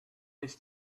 his